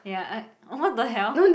ya I what the hell